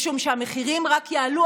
משום שהמחירים רק יעלו,